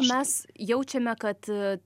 mes jaučiame kad